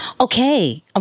Okay